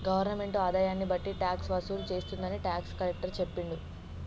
government ఆదాయాన్ని బట్టి tax వసూలు చేస్తుందని టాక్స్ కలెక్టర్ చెప్పిండు